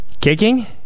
Kicking